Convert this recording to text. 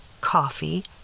Coffee